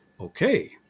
Okay